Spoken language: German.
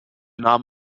nahm